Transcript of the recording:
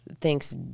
thinks